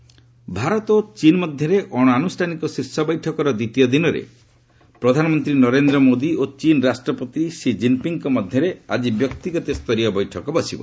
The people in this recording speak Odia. ମୋଦି ସି ମିଟ୍ ଭାରତ ଓ ଚୀନ୍ ମଧ୍ୟରେ ଅଣ ଆନୁଷ୍ଠାନିକ ଶୀର୍ଷ ବୈଠକର ଦ୍ୱିତୀୟ ଦିନରେ ପ୍ରଧାନମନ୍ତ୍ରୀ ନରେନ୍ଦ୍ର ମୋଦୀ ଓ ଚୀନ୍ ରାଷ୍ଟ୍ରପତି ସି ଜିନ୍ପିଙ୍ଗ୍ଙ୍କ ମଧ୍ୟରେ ଆଜି ବ୍ୟକ୍ତିଗତ ସ୍ତରୀୟ ବୈଠକ ବସିବ